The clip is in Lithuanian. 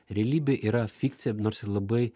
realybė yra fikcija nors ir labai